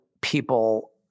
people